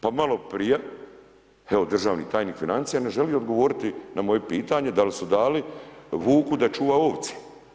Pa malo prije, evo državni tajnik financija, ne želi odgovoriti na moje pitanje da li su dali vuku da čuva ovce?